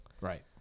Right